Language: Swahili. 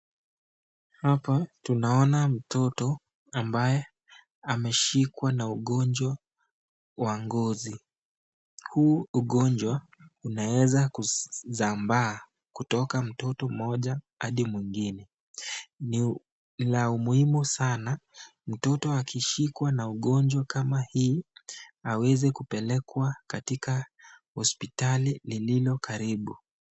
Hapa tunaona mtoto ambaye ameshikwa na ugonjwa wa ngozi, huu ugonjwa unaweza kusambaa kutoka mtoto mmoja hadi mwingine, ni la umuhimu sana mtoto akishikwa na ugonjwa kama hii aweze kupelekwa katika hospitali lililo karibu.